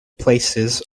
places